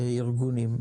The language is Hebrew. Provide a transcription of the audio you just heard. ארגונים.